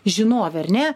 žinovė ar ne